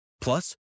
Plus